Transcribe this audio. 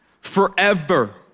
forever